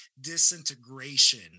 disintegration